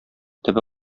төбе